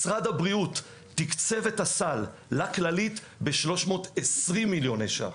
משרד הבריאות תקצב את הסל לכללית ב-320 מיליון שקלים.